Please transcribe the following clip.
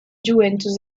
juventus